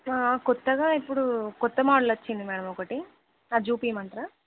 కొత్తగా ఇప్పుడు కొత్త మోడల్ వచ్చింది మేడమ్ ఒకటి అది చూపించమంటారా